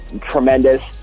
tremendous